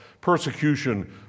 Persecution